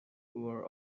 were